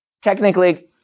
Technically